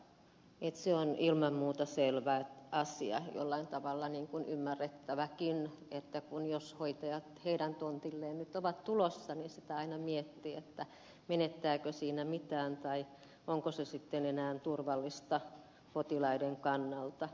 se on ilman muuta selvä asia ja jollain tavalla ymmärrettäväkin että jos hoitajat heidän tontilleen nyt ovat tulossa niin sitä aina miettii menettääkö siinä mitään tai onko se sitten enää turvallista potilaiden kannalta